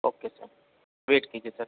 okay sir wait कीजिए sir